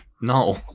No